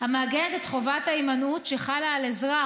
המעגנת את חובת ההימנעות שחלה על אזרח